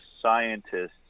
scientists